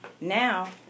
Now